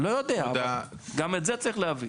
גם את זה צריך להבין.